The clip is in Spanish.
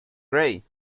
gray